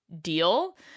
deal